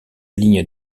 ligne